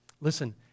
Listen